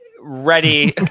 ready